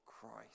Christ